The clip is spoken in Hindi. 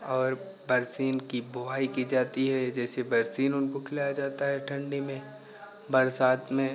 और बरसीम की बुबाई की जाती है जैसे बरसीम उनको खिलाया जाता है ठंडी में बरसात में